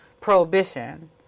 prohibition